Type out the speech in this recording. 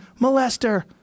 molester